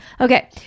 Okay